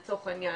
לצורך העניין,